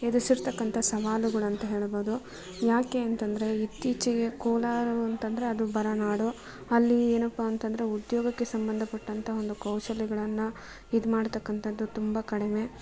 ಎದುಸಿರ್ತಕ್ಕಂಥ ಸವಾಲುಗಳಂತ ಹೇಳ್ಬೌದು ಯಾಕೆ ಅಂತಂದರೆ ಇತ್ತೀಚಿಗೆ ಕೋಲಾರ ಅಂತಂದರೆ ಅದು ಬರನಾಡು ಅಲ್ಲಿ ಏನಪ್ಪಾ ಅಂತಂದರೆ ಉದ್ಯೋಗಕ್ಕೆ ಸಂಬಂಧಪಟ್ಟಂಥ ಒಂದು ಕೌಶಲ್ಯಗಳನ್ನು ಇದು ಮಾಡತಕ್ಕಂಥದ್ದು ತುಂಬ ಕಡಿಮೆ